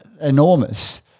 enormous